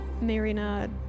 Marina